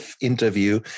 interview